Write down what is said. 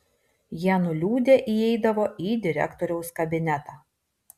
jie nuliūdę įeidavo į direktoriaus kabinetą